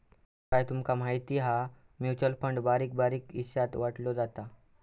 काय तूमका माहिती हा? म्युचल फंड बारीक बारीक हिशात वाटलो जाता